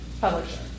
publisher